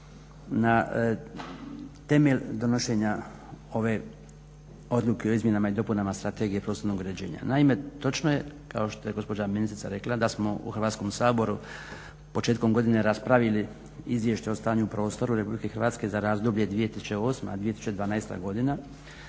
na temelj donošenja ove Odluke o Izmjenama i dopunama Strategije prostornog uređenja. Naime, točno je kao što je gospođa ministrica rekla da smo u Hrvatskom saboru početkom godine raspravili Izvješće o stanju u prostoru Republike Hrvatske za razdoblje 2008./2012. godine.